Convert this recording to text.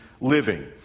living